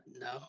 No